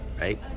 Right